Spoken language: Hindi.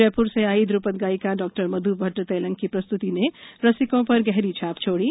जयप्र से आईं ध्पद गायिका डॉ मध् भट्ट तैलंग की प्रस्त्ति ने रसिकों पर गहरी छाप छोड़ी